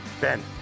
Ben